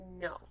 no